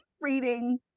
reading